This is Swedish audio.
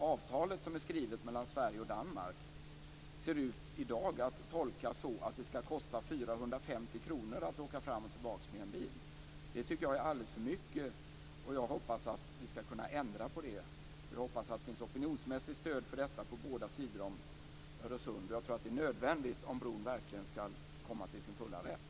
Avtalet som har skrivits mellan Sverige och Danmark ser i dag ut att tolkas så att det skall kosta 450 kr att åka fram och tillbaka med bil. Det tycker jag är alldeles för mycket, och jag hoppas att vi skall kunna ändra på det. Jag hoppas också att det finns opinionsmässigt stöd för detta på båda sidor om Öresund. Jag tror att det är nödvändigt om bron verkligen skall komma till sin fulla rätt.